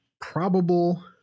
probable